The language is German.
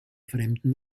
fremden